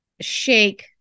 shake